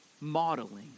modeling